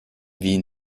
wien